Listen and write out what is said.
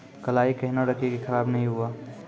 कलाई केहनो रखिए की खराब नहीं हुआ?